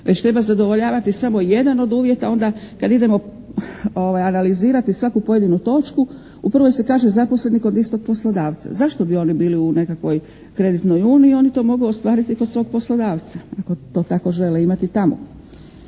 već treba zadovoljavati samo jedan od uvjeta, onda kada idemo analizirati svaku pojedinu točku u prvoj se kaže zaposleni kod istog poslodavca. Zašto bi oni bili u nekakvoj kreditnoj uniji. Oni to mogu ostvariti kod svog poslodavca ako to tako žele imati tamo.